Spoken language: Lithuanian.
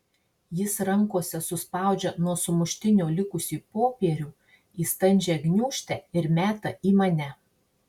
jis rankose suspaudžia nuo sumuštinio likusį popierių į standžią gniūžtę ir meta į mane